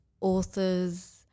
authors